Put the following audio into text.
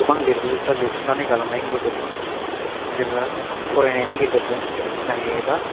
गोबां लिरगिरिफोरा लिरथुमनानै गालांनायनि गेजेरजों जोङो फरायनायनि गेजेरजों जों मिथिनो हायो एबा